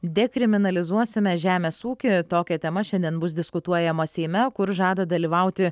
dekriminalizuosime žemės ūkiui tokia tema šiandien bus diskutuojama seime kur žada dalyvauti